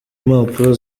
impapuro